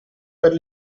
per